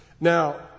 Now